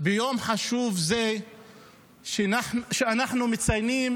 ביום חשוב זה כשאנחנו מציינים